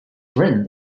written